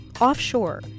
Offshore